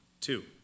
Two